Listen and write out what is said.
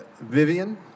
Vivian